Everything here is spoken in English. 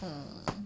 mm